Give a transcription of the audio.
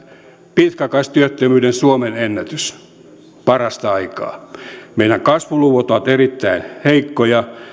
pitkäaikaistyöttömyyden suomenennätys parasta aikaa meidän kasvuluvut ovat erittäin heikkoja